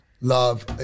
love